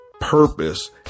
purpose